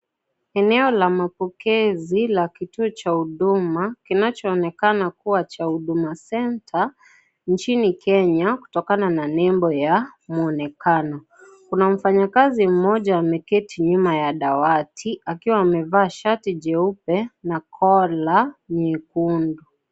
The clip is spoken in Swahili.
Eneo la mapokezi la kituo cha huduma, kinachoonekana kuwa cha Huduma Centre nchini Kenya, kutokana na nembo ya muonekano. Kuna mfanyakazi mmoja ameketi nyuma ya dawati, akiwa amevaa shati jeupe na kola nyekundu.